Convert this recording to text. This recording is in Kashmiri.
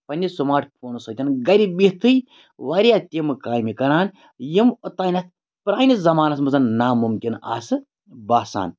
پنٛنہِ سمارٹ فونو سۭتۍ گَرِ بِہتھٕے واریاہ تِم کامہِ کَران یِم اوٚتانیٚتھ پرٛٲنِس زَمانَس منٛز نامُمکِن آسہٕ باسان